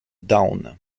down